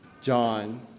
John